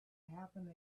happen